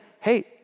hey